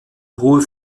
ruhe